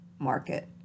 market